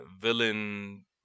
villain